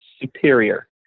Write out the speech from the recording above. superior